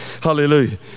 Hallelujah